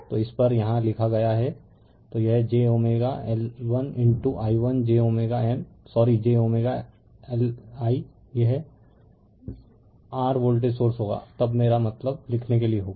तो इस पर यहाँ लिखा गया है तो यह j L1i1j M sorry j li यह r वोल्टेज सोर्स होगा तब मेरा मतलब लिखने के लिए होगा